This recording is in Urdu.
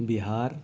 بہار